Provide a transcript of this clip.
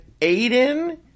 Aiden